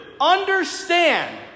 understand